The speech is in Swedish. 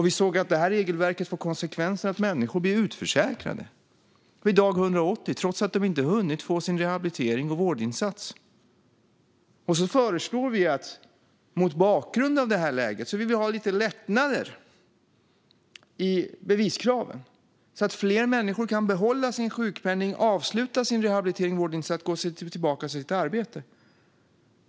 Vi såg att detta regelverk fick konsekvensen att människor utförsäkras vid dag 180 trots att de inte hunnit få sin rehabilitering och vårdinsats. Mot bakgrund av detta läge föreslog vi lite lättnader i beviskraven så att fler människor ska kunna behålla sin sjukpenning, avsluta sin rehabilitering och vårdinsats och gå tillbaka till sitt arbete.